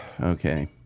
Okay